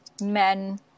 men